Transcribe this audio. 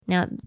Now